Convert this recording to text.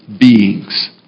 beings